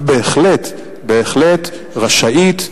ובהחלט רשאית,